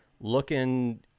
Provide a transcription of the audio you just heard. looking